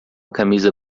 camisa